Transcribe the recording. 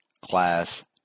Class